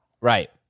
Right